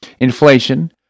inflation